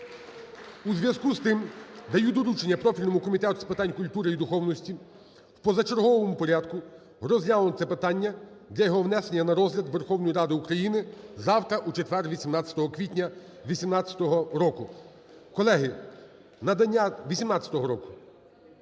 У зв'язку з тим даю доручення профільному Комітету з питань культури і духовності в позачерговому порядку розглянути це питання для його внесення на розгляд Верховної Ради України завтра, у четвер, 18 квітня 2018 року. Колеги, надання… 2018 року.